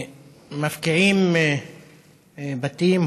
מפקיעים בתים,